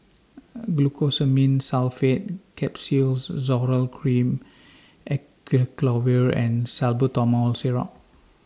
Glucosamine Sulfate Capsules Zoral Cream Acyclovir and Salbutamol Syrup